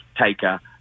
taker